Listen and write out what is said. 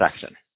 section